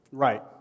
Right